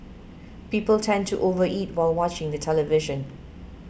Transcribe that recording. people tend to over eat while watching the television